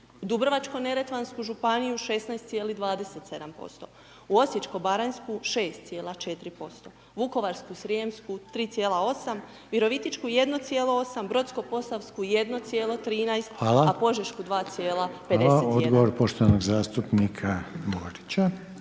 Dubrovačko-neretvansku županiju 16,27%, u Osječko-baranjsku 6,4%, Vukovarsko-srijemsku 3,8% Virovitičku 1,8, Brodsko-posavsku 1,13…/Upadica: Hvala/…, a Požešku 2,51.